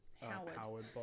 howard